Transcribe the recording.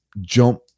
jump